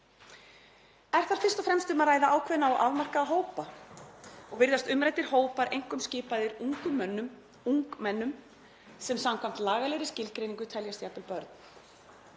Er þar fyrst og fremst um að ræða ákveðna og afmarkaða hópa og virðast umræddir hópar einkum skipaðir ungum mönnum, ungmennum sem samkvæmt lagalegri skilgreiningu teljast jafnvel börn.